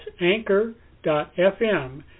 anchor.fm